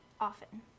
often